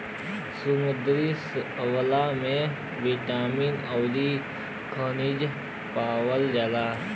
समुंदरी शैवाल में बिटामिन अउरी खनिज पावल जाला